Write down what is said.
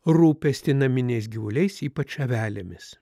rūpestį naminiais gyvuliais ypač avelėmis